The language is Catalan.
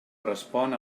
respon